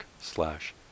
slash